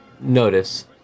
notice